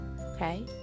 okay